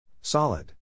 Solid